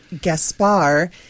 Gaspar